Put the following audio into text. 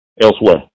elsewhere